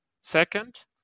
Second